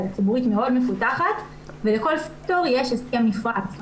מאוד מפותחת ולכל סקטור יש הסכם נפרד.